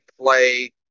play